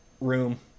room